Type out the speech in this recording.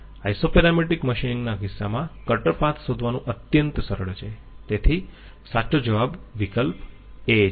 iso parametric machining ના કિસ્સામાં cutter path શોધવાનું અત્યંત સરળ છે તેથી સાચો જવાબ વિકલ્પ a છે